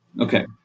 Okay